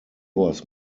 was